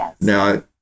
now